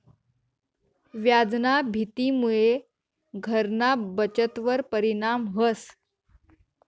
व्याजना भीतीमुये घरना बचतवर परिणाम व्हस